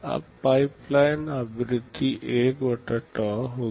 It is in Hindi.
अब पाइपलाइन आवृत्ति 1 tau होगी